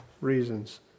reasons